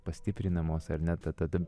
pastiprinamos ar net ta ta